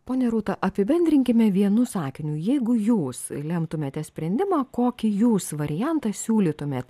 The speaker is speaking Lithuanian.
ponia rūta apibendrinkime vienu sakiniu jeigu jūs lemtumėte sprendimą kokį jūs variantą siūlytumėt